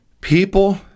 People